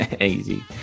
Easy